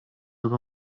über